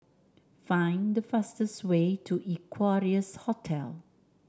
find the fastest way to Equarius Hotel